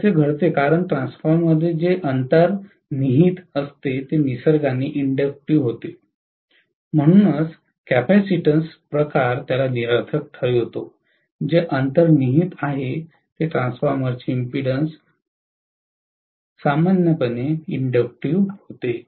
हे असे घडते कारण ट्रान्सफॉर्मरमध्ये जे अंतर्निहित असते ते निसर्गाने इंडक्टिव होते म्हणूनच कॅपेसिटीन्स प्रकार त्याला निरर्थक ठरवितो जे अंतर्निहित आहे ते ट्रान्सफॉर्मरचे इम्पीडेन्स निसर्गामध्ये इंडक्टिव होते